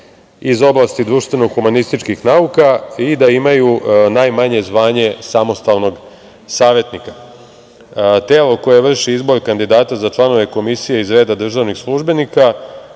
iz oblasti društveno-humanističkih nauka i da imaju najmanje zvanje samostalnog savetnika. Telo koje vrši izbor kandidata za članove komisije iz reda državnih službenika